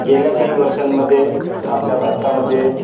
गेल्या काही वर्षांमध्ये आपल्या भारतामध्ये